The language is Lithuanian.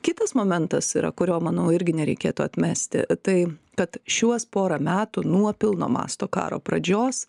kitas momentas yra kurio manau irgi nereikėtų atmesti tai kad šiuos porą metų nuo pilno masto karo pradžios